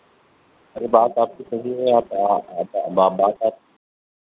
अरे बात आपकी सही है आप आप बात आप